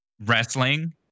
wrestling